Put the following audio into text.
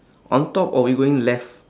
on top or we going left